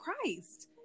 Christ